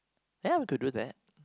ya we could do that